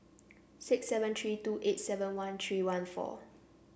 six seven three two eight seven one three one four